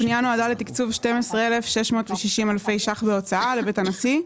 הפנייה נועדה לתקצוב 12,660 אלפי שקלים בהוצאה לבית הנשיא,